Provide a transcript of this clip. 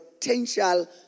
potential